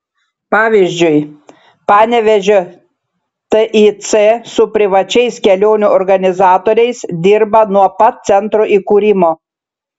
pavyzdžiui panevėžio tic su privačiais kelionių organizatoriais dirba nuo pat centro įkūrimo